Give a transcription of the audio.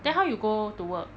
then how you go to work